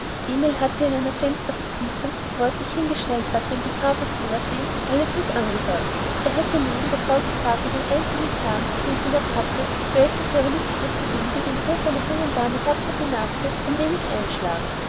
emil hatte in einer fenstervertiefung wo er sich hingestellt hatte um die tafel zu übersehen alles mit angehört er hätte mögen der frau gevatter den einzigen zahn den sie noch hatte mit welchem sie aber nichtsdestoweniger den ruf einer jungen dame tapfer benagte ein wenig einschlagen